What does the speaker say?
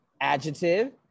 adjective